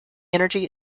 energy